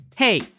Hey